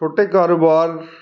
ਛੋਟੇ ਕਾਰੋਬਾਰ